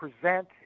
present